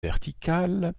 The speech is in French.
verticales